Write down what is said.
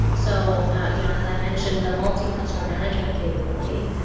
so you know as i mentioned, the multi-cluster management capability.